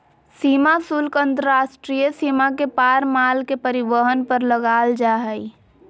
सीमा शुल्क अंतर्राष्ट्रीय सीमा के पार माल के परिवहन पर लगाल जा हइ